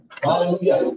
Hallelujah